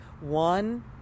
one